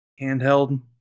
handheld